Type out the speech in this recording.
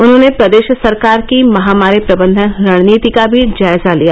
उन्होंने प्रदेश सरकार की महामारी प्रबंधन रणनीति का भी जायजा लिया